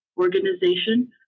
organization